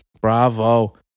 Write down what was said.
bravo